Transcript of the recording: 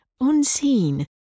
unseen